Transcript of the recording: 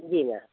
जी हाँ